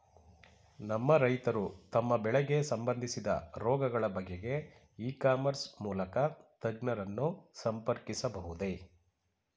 ನಮ್ಮ ರೈತರು ತಮ್ಮ ಬೆಳೆಗೆ ಸಂಬಂದಿಸಿದ ರೋಗಗಳ ಬಗೆಗೆ ಇ ಕಾಮರ್ಸ್ ಮೂಲಕ ತಜ್ಞರನ್ನು ಸಂಪರ್ಕಿಸಬಹುದೇ?